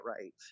right